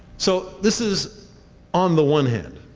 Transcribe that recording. so, this is on the one hand.